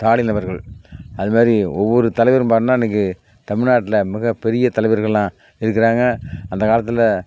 ஸ்டாலின் அவர்கள் அது மாதிரி ஒவ்வொரு தலைவரும் பண்ணால் இன்றைக்கு தமிழ்நாட்டில் மிகப் பெரிய தலைவர்களெல்லாம் இருக்கிறாங்க அந்த காலத்தில்